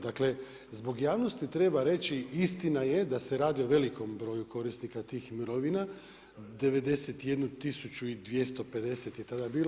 Dakle, zbog javnosti treba reći istina je da se radi o velikom broju korisnika tih mirovina 91250 je tada bilo.